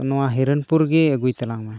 ᱱᱚᱣᱟ ᱦᱤᱨᱚᱱᱯᱩᱨ ᱜᱮ ᱟᱹᱜᱩᱭ ᱛᱟᱞᱟᱝ ᱢᱮ